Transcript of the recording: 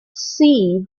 see